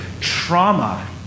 trauma